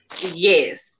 Yes